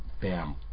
bam